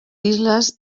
islas